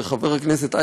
וחבר הכנסת,